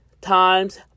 times